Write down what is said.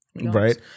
right